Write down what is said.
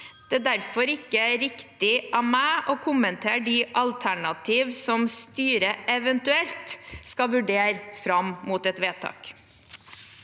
Det er derfor ikke riktig av meg å kommentere de alternativer som styret eventuelt skal vurdere fram mot et vedtak.